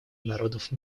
народов